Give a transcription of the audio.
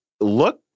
look